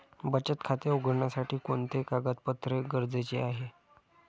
बचत खाते उघडण्यासाठी कोणते कागदपत्रे गरजेचे आहे?